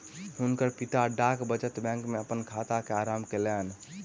हुनकर पिता डाक बचत बैंक में अपन खाता के आरम्भ कयलैन